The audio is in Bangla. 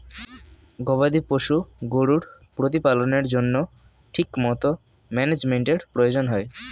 গবাদি পশু গরুর প্রতিপালনের জন্য ঠিকমতো ম্যানেজমেন্টের প্রয়োজন হয়